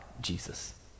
Jesus